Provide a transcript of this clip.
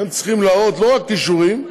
הם צריכים להראות לא רק כישורים,